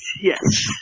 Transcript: yes